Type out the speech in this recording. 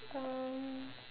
oh